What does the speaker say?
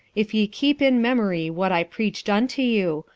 if ye keep in memory what i preached unto you,